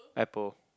Apple